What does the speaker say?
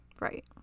Right